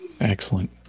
excellent